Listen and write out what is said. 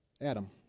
Adam